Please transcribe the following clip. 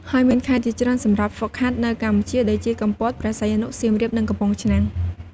ហើយមានខេត្តជាច្រើនសម្រាប់ហ្វឹកហាត់នៅកម្ពុជាដូចជា កំពត ព្រះសីហនុ សៀមរាប និងកំពង់ឆ្នាំង។